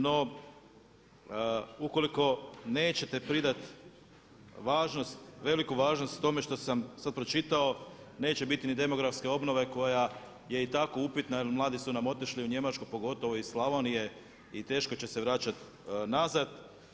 No, ukoliko nećete pridati važnost, veliku važnost tome što sam sad pročitao neće biti ni demografske obnove koja je i tako upitna jer mladi su nam otišli u Njemačku, pogotovo iz Slavonije, i teško će se vraćati nazad.